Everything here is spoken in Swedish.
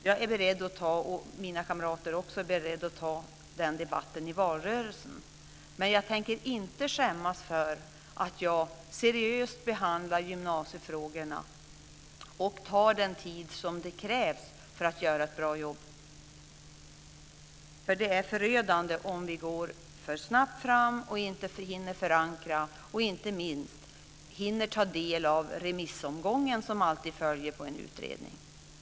Jag och mina kamrater är beredda att ta den debatten i valrörelsen, men jag tänker inte skämmas för att jag seriöst behandlar gymnasiefrågorna och tar den tid som krävs för att göra ett bra jobb. Det är förödande om vi går för snabbt fram och inte hinner förankra och, inte minst, ta del av remissomgången som alltid följer på en utredning.